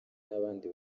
n’abandi